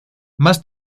más